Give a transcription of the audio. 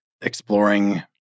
exploring